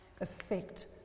affect